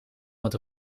met